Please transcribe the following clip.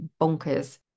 bonkers